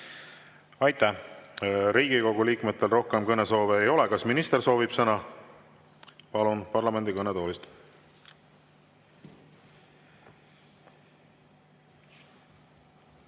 Aitäh! Riigikogu liikmetel rohkem kõnesoove ei ole. Kas minister soovib sõna? Palun, parlamendi kõnetoolist!